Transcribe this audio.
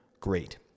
Great